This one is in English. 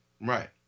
Right